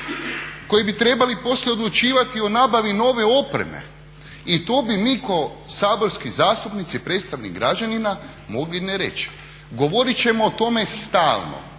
koji bi trebali poslije odlučivati o nabavi nove opreme i to bi mi kao saborski zastupnici, predstavnici građanina mogli ne reći. Govorit ćemo o tome stalno,